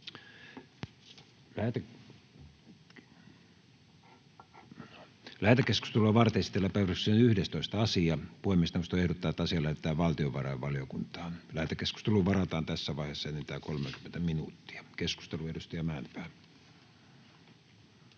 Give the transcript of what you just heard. Lähetekeskustelua varten esitellään päiväjärjestyksen 11. asia. Puhemiesneuvosto ehdottaa, että asia lähetetään valtiovarainvaliokuntaan. Lähetekeskusteluun varataan tässä vaiheessa enintään 30 minuuttia. — Keskustelu, edustaja Mäenpää.